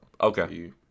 Okay